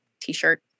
T-shirt